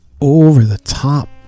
over-the-top